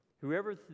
Whoever